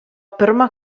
pirmą